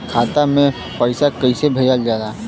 खाता में पैसा कैसे भेजल जाला?